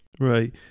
Right